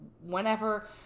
whenever